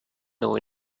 know